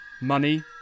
Money